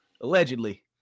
allegedly